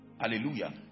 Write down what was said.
Hallelujah